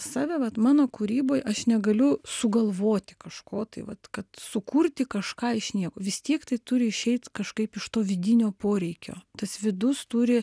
save vat mano kūryboj aš negaliu sugalvoti kažko tai vat kad sukurti kažką iš nieko vis tiek tai turi išeit kažkaip iš to vidinio poreikio tas vidus turi